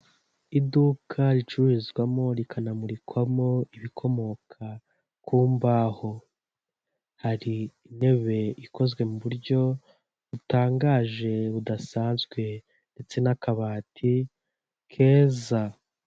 Iduka ricururizwamo ,rikanamurikwamo ibikomoka ku mbaho, hari intebe ikozwe mu buryo butangaje, budasanzwe ndetse n'akabati keza.